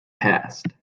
past